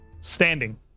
standing